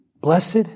Blessed